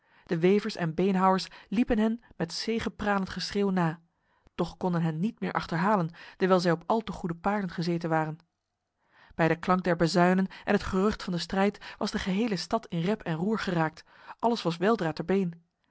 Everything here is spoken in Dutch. de wevers en beenhouwers liepen hen met zegepralend geschreeuw na doch konden hen met meer achterhalen dewijl zij op al te goede paarden gezeten waren bij de klank der bazuinen en het gerucht van de strijd was de gehele stad in rep en roer geraakt alles was weldra te been